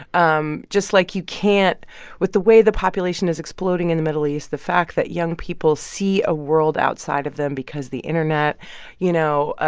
um just, like, you can't with the way the population is exploding in the middle east, the fact that young people see a world outside of them because the internet you know,